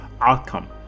outcome